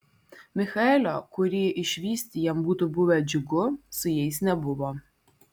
michaelio kurį išvysti jam būtų buvę džiugu su jais nebuvo